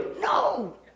No